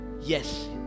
Yes